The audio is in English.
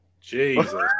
Jesus